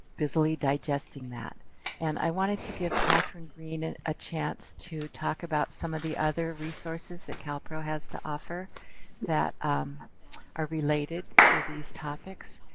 busily digesting that and i wanted to give catherine green and a chance to talk about some of the other resources that calpro has to offer that um are related to these topics.